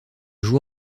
joue